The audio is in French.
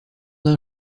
d’un